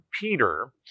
Peter